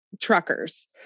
truckers